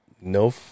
no